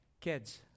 kids